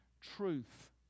truth